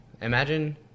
Imagine